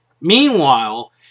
meanwhile